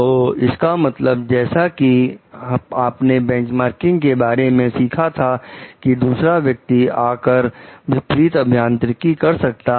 तो इसका मतलब जैसा कि आपने बेंचमार्किंग के बारे में सीखा था कि दूसरा व्यक्ति आकर विपरीत अभियांत्रिकी कर सकता है